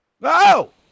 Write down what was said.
No